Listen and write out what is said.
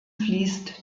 fließt